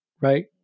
right